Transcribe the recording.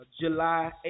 July